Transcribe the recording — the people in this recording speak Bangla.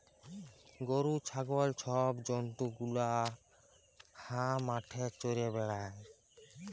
গরু, ছাগল ছব জল্তু গুলা হাঁ মাঠে চ্যরে বেড়ায়